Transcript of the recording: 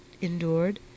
endured